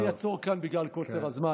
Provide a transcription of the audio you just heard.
אני אעצור כאן בגלל קוצר הזמן.